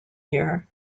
year